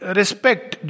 respect